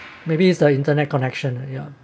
maybe it's the internet connection ya